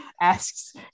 asks